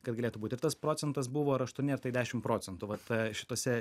kad galėtų būt ir tas procentas buvo ar aštuoni ar tai dešimt procentų vat šituose